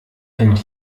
hält